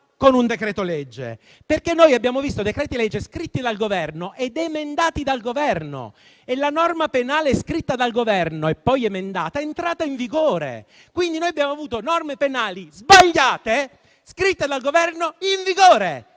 con un decreto-legge. Abbiamo visto decreti-legge scritti ed emendati dal Governo. E la norma penale scritta dal Governo e poi emendata è entrata in vigore. Quindi noi abbiamo avuto norme penali sbagliate, scritte e cambiate